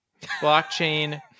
blockchain